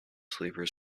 sleeper